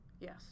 Yes